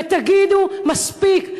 ותגידו: מספיק,